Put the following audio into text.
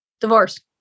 divorce